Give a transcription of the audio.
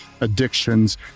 addictions